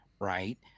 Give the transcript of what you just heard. right